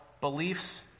beliefs